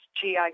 GI